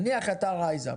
נניח אתה רייזאפ,